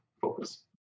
focus